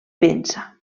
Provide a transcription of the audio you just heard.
pensa